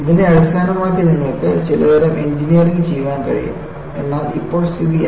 ഇതിനെ അടിസ്ഥാനമാക്കി നിങ്ങൾക്ക് ചിലതരം എഞ്ചിനീയറിംഗ് ചെയ്യാൻ കഴിയും എന്നാൽ ഇപ്പോൾ സ്ഥിതി എന്താണ്